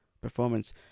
performance